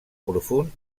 profund